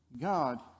God